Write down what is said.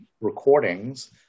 recordings